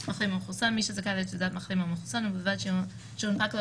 מי שזכאי לתעודת מחלים או מחוסן ובלבד שהונפק לו